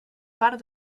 part